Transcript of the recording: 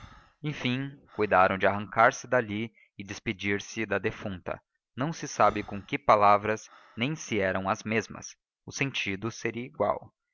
enfim cuidaram de arrancar-se dali e despedir-se da defunta não se sabe com que palavras nem se eram as mesmas o sentido seria igual